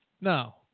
No